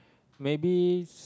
maybe